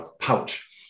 pouch